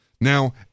Now